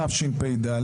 בתשפ"ד,